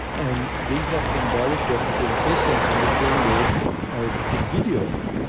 and these are symbolic representations in the same way as this video is,